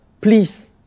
please